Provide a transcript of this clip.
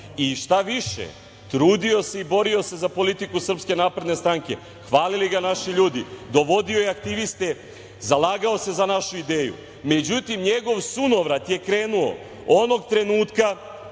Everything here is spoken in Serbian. i šta više trudio se i borio se za politiku SNS, hvalili ga naši ljudi, dovodio je aktiviste, zalagao se za našu ideju.Međutim, njegov sunovrat je krenuo onog trenutka